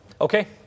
Okay